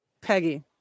Peggy